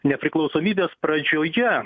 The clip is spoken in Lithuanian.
nepriklausomybės pradžioje